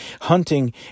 hunting